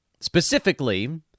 specifically